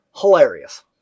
hilarious